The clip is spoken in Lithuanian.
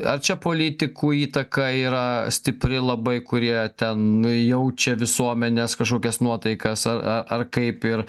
ar čia politikų įtaka yra stipri labai kurie ten jaučia visuomenės kažkokias nuotaikas ar ar kaip ir